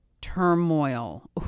turmoil